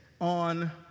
on